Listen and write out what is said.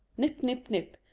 nip nip nip,